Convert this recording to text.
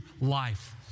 life